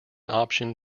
option